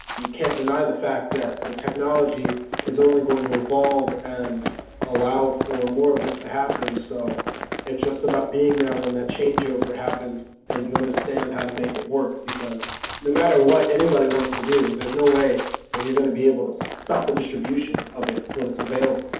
you can't deny the fact that the technology is only going to evolve and allow for more of this ah to happen, so it's just about being there when that changeover happens and you understand how to make it work, because no matter what anybody wants to do, and there's no way that you're going to be able to stop the distribution of it when it's available.